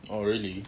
oh really